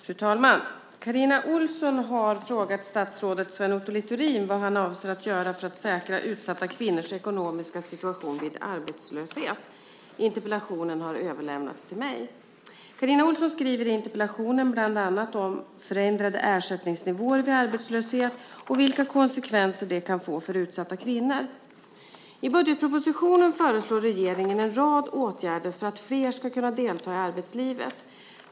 Fru talman! Carina Ohlsson har frågat statsrådet Sven Otto Littorin vad han avser att göra för att säkra utsatta kvinnors ekonomiska situation vid arbetslöshet. Interpellationen har överlämnats till mig. Carina Ohlsson skriver i interpellationen bland annat om förändrade ersättningsnivåer vid arbetslöshet och vilka konsekvenser det kan få för utsatta kvinnor. I budgetpropositionen föreslår regeringen en rad åtgärder för att flera ska kunna delta i arbetslivet.